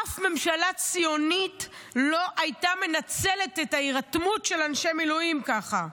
אף ממשלה ציונית לא הייתה מנצלת את ההירתמות של אנשי מילואים ככה,